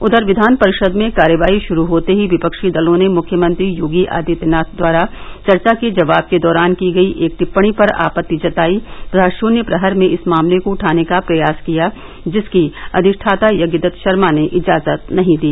उधर विधान परिशद में कार्यवाही षुरू होते ही विपक्षी दलों ने मुख्यमंत्री योगी आदित्यनाथ द्वारा चर्चा के जवाब के दौरान की गई एक टिप्पणी पर आपत्ति जताई तथा षून्य प्रहर में इस मामले को उठाने का प्रयास किया जिसकी अधिश्ठाता यज्ञदत्त षर्मा ने इजाज़त नहीं दी